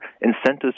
incentives